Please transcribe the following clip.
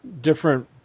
different